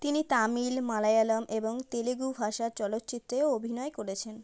তিনি তামিল মালায়ালাম এবং তেলুগু ভাষার চলচ্চিত্রেও অভিনয় করেছেন